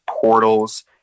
portals